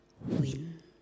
win